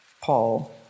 Paul